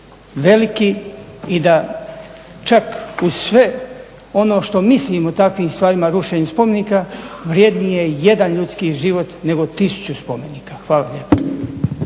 veliki i da čak uz sve ono što mislim o takvim stvarima o rušenju spomenika, vrjedniji je jedan ljudski život nego tisuću spomenika. Hvala lijepa.